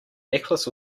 necklace